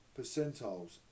percentiles